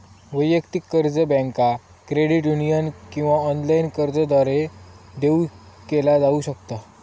वैयक्तिक कर्ज बँका, क्रेडिट युनियन किंवा ऑनलाइन कर्जदारांद्वारा देऊ केला जाऊ शकता